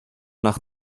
nach